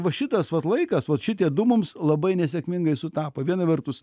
va šitas vat laikas vat šitie du mums labai nesėkmingai sutapo viena vertus